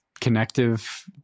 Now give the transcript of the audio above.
connective